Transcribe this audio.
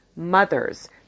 mothers